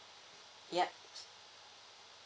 yup